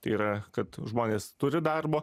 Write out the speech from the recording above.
tai yra kad žmonės turi darbo